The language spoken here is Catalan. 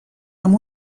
amb